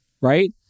right